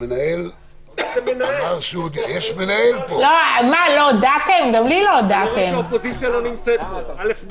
מי בעד הרוויזיה על הסתייגות מס' 8?